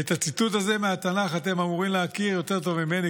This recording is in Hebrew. את הציטוט הזה מהתנ"ך אתם אמורים להכיר יותר טוב ממני,